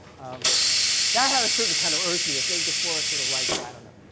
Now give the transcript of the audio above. um that had a certain kind of earthiness. maybe deforest would have liked it i don't know,